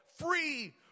free